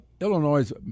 Illinois